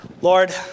Lord